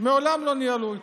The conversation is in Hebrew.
מעולם לא ניהלו אותי.